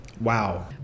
Wow